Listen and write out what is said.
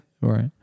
right